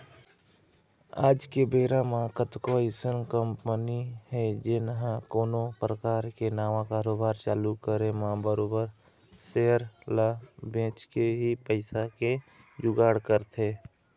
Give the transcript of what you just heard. आज के बेरा म कतको अइसन कंपनी हे जेन ह कोनो परकार के नवा कारोबार चालू करे म बरोबर सेयर ल बेंच के ही पइसा के जुगाड़ करथे